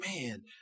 man